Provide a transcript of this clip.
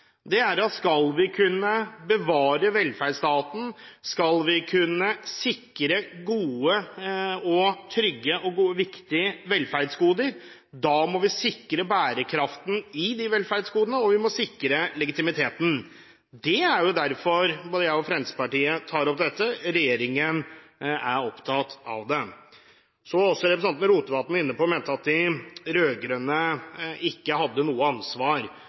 Skal vi kunne bevare velferdsstaten, og skal vi kunne sikre gode, trygge og viktige velferdsgoder, må vi sikre bærekraften i de velferdsgodene, og vi må sikre legitimiteten deres. Derfor tar jeg og Fremskrittspartiet opp dette, og derfor er regjeringen opptatt av dette. Representanten Rotevatn mente også at de rød-grønne ikke har noe ansvar